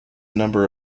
number